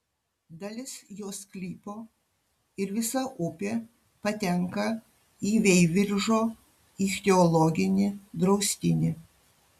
dalis jo sklypo ir visa upė patenka į veiviržo ichtiologinį draustinį